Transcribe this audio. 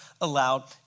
allowed